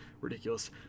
ridiculous